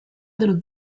dello